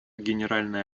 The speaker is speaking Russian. генеральная